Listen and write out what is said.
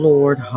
Lord